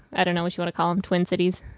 i don't know what you wanna call them. twin cities,